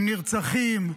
עם נרצחים,